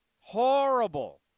Horrible